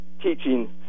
teaching